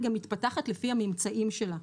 היא גם מתפתחת לפי הממצאים שלה,